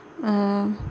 ओ